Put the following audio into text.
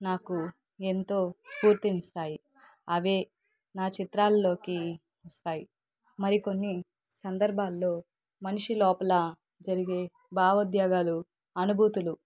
నాకు ఎంతో స్ఫూర్తినిస్తాయి అవే నా చిత్రల్లోకి వస్తాయి మరి కొన్ని సందర్భాల్లో మనిషి లోపల జరిగే భావోద్వేగాలు అనుభూతులు